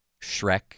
Shrek